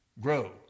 grow